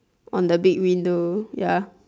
on the big window ya